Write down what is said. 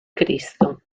cristo